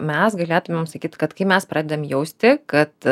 mes galėtumėm sakyt kad kai mes pradedam jausti kad